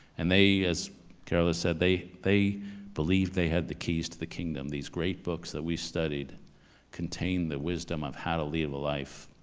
and they, as carol has said, they they believed they had the keys to the kingdom. these great books that we studied contained the wisdom of how to live a life.